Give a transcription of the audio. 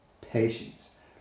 patience